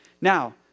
Now